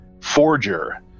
forger